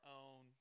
own